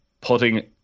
Putting